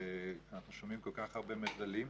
ואנחנו שומעים כל כך הרבה מחדלים,